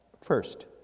First